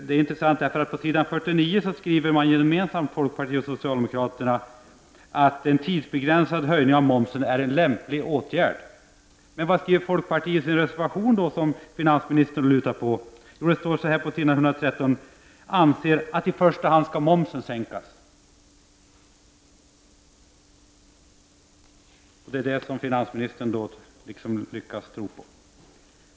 Det är intressant, därför att på s. 49 skriver folkpartiet och socialdemokraterna gemensamt att en tidsbegränsad höjning av momsen är en lämplig åtgärd. Men vad skriver folkpartiet i sin reservation som finansministern lutar sig mot? Jo, det står på s. 113 att man anser att det ”i första hand är momsen som bör sänkas”. Det är då detta som finansministern lyckas tro på.